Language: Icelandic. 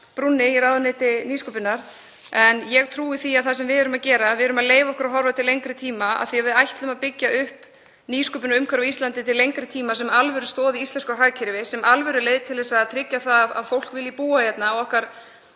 brúnni í ráðuneyti nýsköpunar en ég trúi á það sem við erum að gera. Við leyfum okkur að horfa til lengri tíma af því að við ætlum að byggja upp nýsköpunarumhverfi á Íslandi til lengri tíma sem alvörustoð í íslensku hagkerfi, sem alvöruleið til að tryggja að fólk vilji búa hérna, að okkar